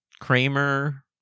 Kramer